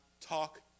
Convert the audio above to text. talk